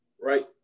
right